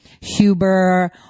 Huber